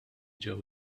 ġew